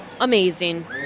Amazing